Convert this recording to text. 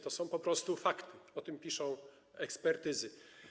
To są po prostu fakty, o tym mówią ekspertyzy.